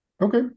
okay